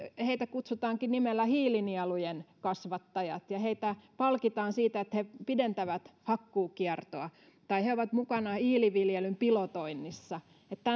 kutsutaankin nimellä hiilinielujen kasvattajat ja heitä palkitaan siitä että he pidentävät hakkuukiertoa tai he ovat mukana hiiliviljelyn pilotoinnissa